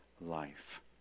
life